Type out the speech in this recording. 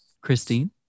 Christine